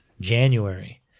January